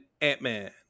Ant-Man